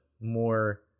more